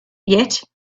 yet